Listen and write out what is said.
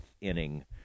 inning